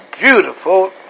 beautiful